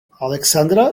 aleksandra